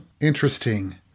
interesting